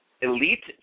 Elite